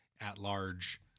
at-large